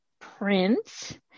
print